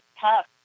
tough